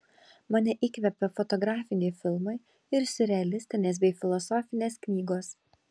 mane įkvepia fotografiniai filmai ir siurrealistinės bei filosofinės knygos